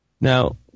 Now